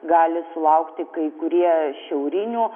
gali sulaukti kai kurie šiaurinių